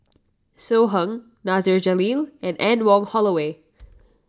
So Heng Nasir Jalil and Anne Wong Holloway